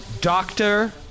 Doctor